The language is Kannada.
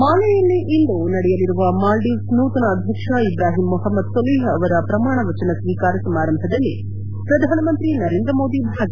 ಮಾಲೆಯಲ್ಲಿ ಇಂದು ನಡೆಯಲಿರುವ ಮಾಲ್ಲೀವ್ಸ್ ನೂತನ ಅಧ್ಯಕ್ಷ ಇಬ್ರಾಹಿಂ ಮೊಹಮದ್ ಸೊಲಿಹ್ ಅವರ ಪ್ರಮಾಣ ವಚನ ಸ್ಲೀಕಾರ ಸಮಾರಂಭದಲ್ಲಿ ಪ್ರಧಾನಮಂತಿ ನರೇಂದ ಮೋದಿ ಭಾಗಿ